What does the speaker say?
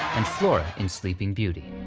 and flora in sleeping beauty.